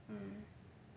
mm